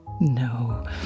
No